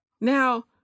Now